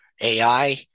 AI